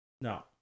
No